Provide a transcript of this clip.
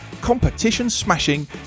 competition-smashing